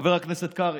חבר הכנסת קרעי,